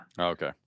Okay